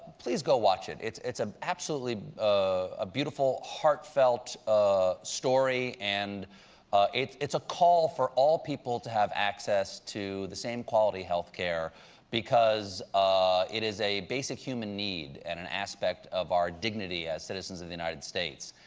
please go watch it. it's it's an absolutely ah beautiful, heartfelt ah story, and it's it's a call for all people to have access to the same quality health care because ah it is a basic human need and an aspect of our dignity as citizens of the united states.